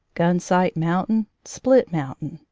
gunsight mountain, split mountain,